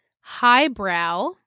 Highbrow